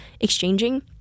exchanging